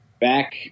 back